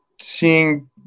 seeing